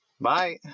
Bye